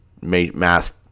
mass